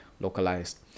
localized